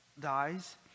dies